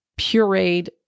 pureed